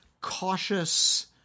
cautious